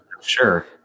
sure